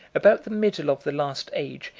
about the middle of the last age,